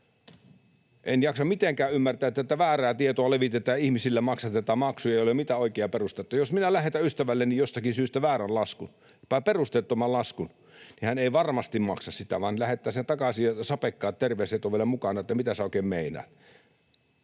En jaksa mitenkään ymmärtää, että tätä väärää tietoa levitetään ihmisille, maksatetaan maksu, jolla ei ole mitään oikeaa perustetta. Jos minä lähetän ystävälleni jostakin syystä väärän laskun, perusteettoman laskun, niin hän ei varmasti maksa sitä, vaan lähettää sen takaisin, ja sapekkaat terveiset on vielä mukana, että mitä sinä oikein meinaat